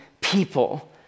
people